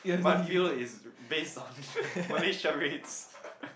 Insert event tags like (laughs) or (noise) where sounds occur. my fuel is (laughs) base on Malaysia rates